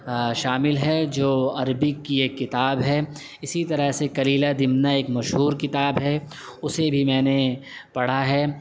شامل ہے جو عربی کی ایک کتاب ہے اسی طرح سے کلیلہ دمنہ ایک مشہور کتاب ہے اسے بھی میں نے پڑھا ہے